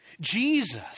Jesus